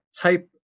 type